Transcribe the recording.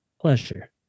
Pleasure